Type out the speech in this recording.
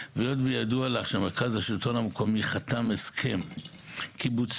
והיות וידוע לך שהמרכז לשלטון המקומי חתם הסכם קיבוצי,